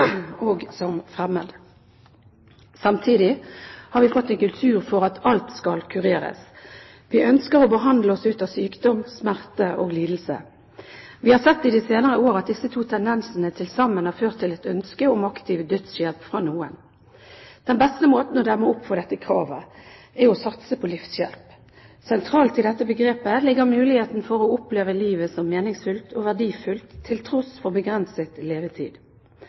skremmende og fremmed. Samtidig har vi fått en kultur for at alt skal kureres. Vi ønsker å behandle oss ut av sykdom, smerte og lidelse. Vi har i de senere år sett at disse to tendensene til sammen har ført til et ønske fra noen om aktiv dødshjelp. Den beste måten å demme opp for dette kravet på er å satse på livshjelp. Sentralt i dette begrepet ligger muligheten for å oppleve livet som meningsfylt og verdifullt, til tross for begrenset levetid.